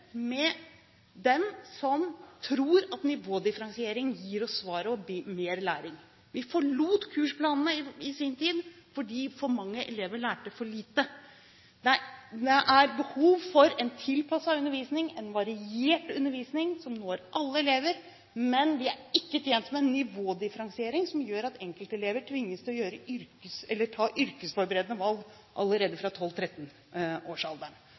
med dem som tror at nivådifferensiering gir oss svaret og mer læring. Vi forlot kursplanene i sin tid fordi for mange elever lærte for lite. Det er behov for en tilpasset undervisning, en variert undervisning, som når alle elever, men vi er ikke tjent med en nivådifferensiering som gjør at enkelte elever tvinges til å ta yrkesforberedende valg allerede fra